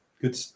Good